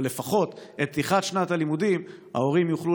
אבל לפחות את פתיחת שנת הלימודים ההורים יוכלו